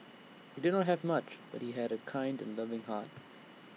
he did not have much but he had A kind and loving heart